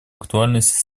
актуальности